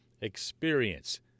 experience